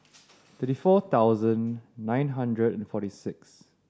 thirty four thousand nine hundred and forty six